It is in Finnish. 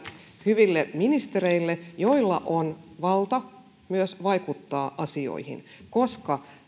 hyville ministereillenne joilla on valta myös vaikuttaa asioihin koska